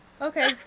okay